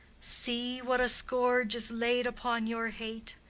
see what a scourge is laid upon your hate,